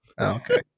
okay